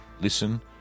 listen